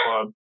club